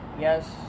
Yes